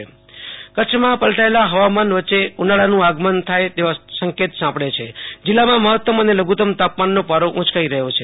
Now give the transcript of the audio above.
આશુ તોષ Antani Kutch હવામાન કચ્છમાં પલટાચેલા હવામાન વચ્ચે ઉનાળાનું આગમન થાય તેવા સંકેત સાંપડે છે જિલ્લામાં મહત્તમ અને લઘુત્તમ તાપમાનનો પારો ઉયકાઈ રહ્યો છે